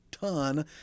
ton